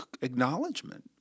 acknowledgement